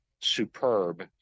superb